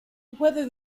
whether